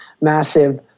massive